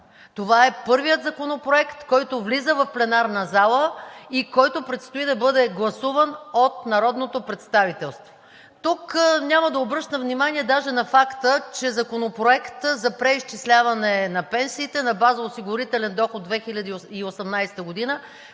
Това е първият законопроект, който влиза в пленарната зала и който предстои да бъде гласуван от народното представителство. Тук няма да обръщам внимание даже на факта, че Законопроектът за преизчисляване на пенсиите на база осигурителен доход 2018 г.